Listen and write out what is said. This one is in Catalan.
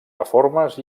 reformes